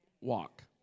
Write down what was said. walk